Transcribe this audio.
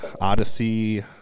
Odyssey